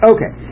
Okay